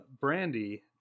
brandy